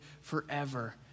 forever